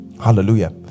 Hallelujah